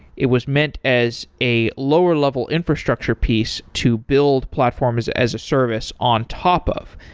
it was meant as a lower level infrastructure piece to build platforms as a service on top of,